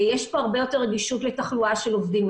יש פה הרבה יותר רגישות לתחלואה של עובדים,